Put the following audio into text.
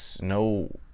no